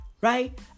right